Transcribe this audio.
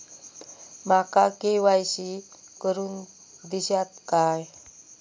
माका के.वाय.सी करून दिश्यात काय?